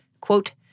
quote